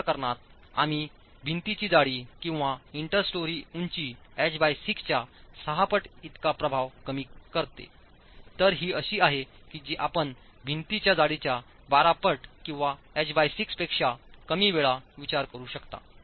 या प्रकरणात आम्ही भिंतीची जाडी किंवा इंटर स्टोरी उंची H 6 च्या 6 पट इतका प्रभाव कमी करतो तर ही अशी आहे जी आपण भिंतीच्या जाडीच्या 12 पट किंवा एच6 पेक्षा कमी वेळा विचार करू शकता